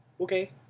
okay